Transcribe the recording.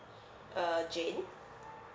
uh jane